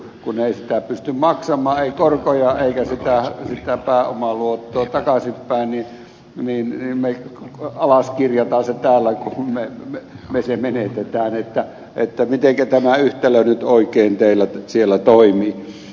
kun ne eivät sitä pysty maksamaan takaisinpäin ei korkoja eikä sitä pääomaluottoa niin me alaskirjaamme sen täällä kun me sen menetämme että mitenkä tämä yhtälö nyt oikein teillä siellä toimii